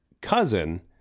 cousin